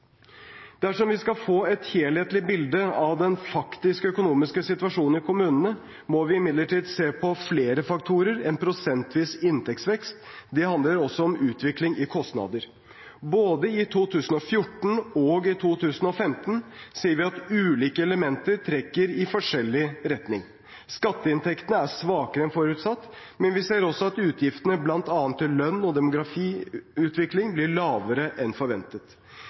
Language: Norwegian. Dersom vi skal få et helhetlig bilde av den faktiske økonomiske situasjonen i kommunene, må vi imidlertid se på flere faktorer enn prosentvis inntektsvekst. Det handler også om utvikling i kostnader. Både i 2014 og i 2015 ser vi at ulike elementer trekker i forskjellig retning. Skatteinntektene er svakere enn forutsatt, men vi ser også at utgiftene, bl.a. til lønn og demografiutvikling, blir lavere enn forventet.